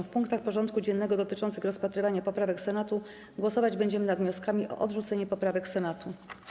W punktach porządku dziennego dotyczących rozpatrywania poprawek Senatu głosować będziemy nad wnioskami o odrzucenie poprawek Senatu.